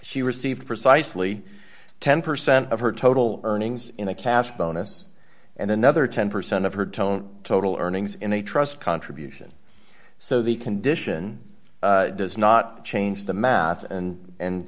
she received precisely ten percent of her total earnings in a cash bonus and another ten percent of her tone total earnings in a trust contribution so the condition does not change the math and and